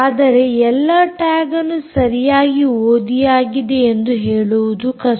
ಆದರೆ ಎಲ್ಲಾ ಟ್ಯಾಗ್ಅನ್ನು ಸರಿಯಾಗಿ ಓದಿಯಾಗಿದೆ ಎಂದು ಹೇಳುವುದು ಕಷ್ಟ